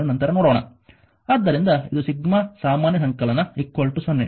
ಆದ್ದರಿಂದ ಇದು ಸಿಗ್ಮಾ ಸಾಮಾನ್ಯ ಸಂಕಲನ 0